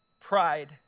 pride